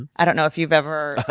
i don't know if you've ever,